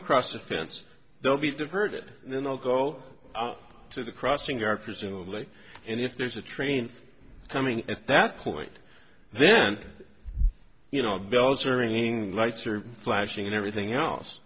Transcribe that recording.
across the fence they'll be diverted and then i'll go out to the crossing guard presumably and if there's a train coming at that point then you know bells are ringing lights are flashing and everything else